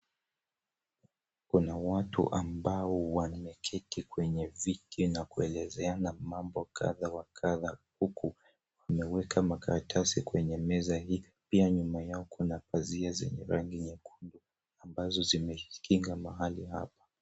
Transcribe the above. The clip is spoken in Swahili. Kuna watu ambao wameketi kwenye viti na kuelezeana mabo kadha wa kadha huku wameweka makaratasi kwenye meza hii, pia nyuma yao kuna pazia za rangi nyekundu ambazo zimekinga mahali hapa.